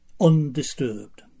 undisturbed